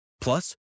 Plus